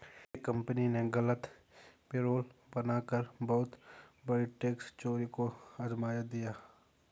एक कंपनी ने गलत पेरोल बना कर बहुत बड़ी टैक्स चोरी को अंजाम दिया